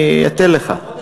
אני אתן לך.